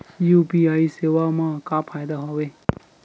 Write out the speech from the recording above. UPI सेवा मा का फ़ायदा हवे?